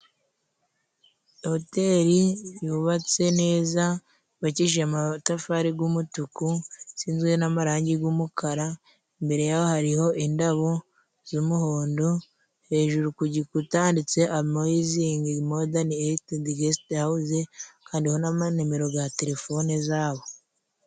Hoteri yubatse neza yubakije amatafari g'umutuku, isizwe n'amarangi g'umukara. Imbere yaho hariho indabo z'umuhondo, hejuru ku gikuta handitse amoyizingi modani eyiti endi gesite hawuzi, hariho na numero za terefone zabo.